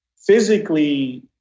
Physically